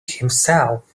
himself